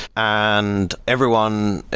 and everyone,